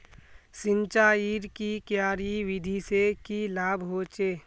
सिंचाईर की क्यारी विधि से की लाभ होचे?